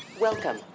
Welcome